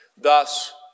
Thus